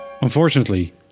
Unfortunately